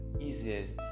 easiest